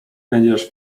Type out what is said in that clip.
będziesz